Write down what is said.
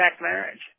marriage